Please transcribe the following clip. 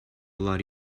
lot